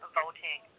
voting